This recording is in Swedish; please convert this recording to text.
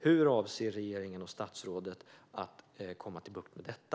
Hur avser regeringen och statsrådet att få bukt med detta?